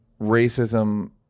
racism